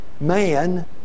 man